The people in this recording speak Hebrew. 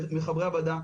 ומחברי הוועדה,